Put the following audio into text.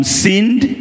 sinned